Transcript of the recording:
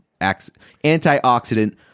antioxidant